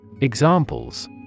Examples